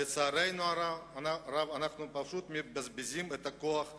לצערנו הרב אנחנו פשוט מבזבזים הכוח הענק.